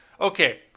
okay